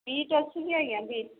beet ଅଛି କି ଆଜ୍ଞା ବିଟ